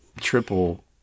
triple